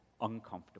uncomfortable